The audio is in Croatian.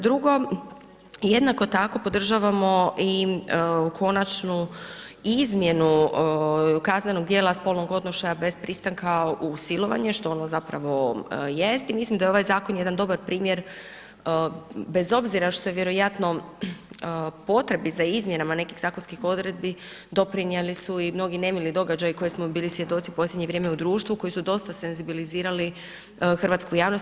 Drugo, jednako tako podržavamo i konačnu izmjenu kaznenog djela spolnog odnošaja bez pristanka u silovanje što ono zapravo jest i mislim da je ovaj zakon jedan dobar primjer bez obzira što je vjerojatno potrebi za izmjenama nekih zakonskih odredbi doprinijeli su i mnogi nemili događaji kojih smo bili svjedoci u posljednje vrijeme u društvu, koji su dosta senzibilizirali hrvatsku javnost.